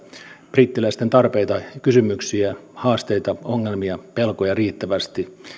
brittiläisten tarpeita kysymyksiä haasteita ongelmia pelkoja riittävästi